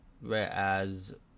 whereas